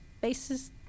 basis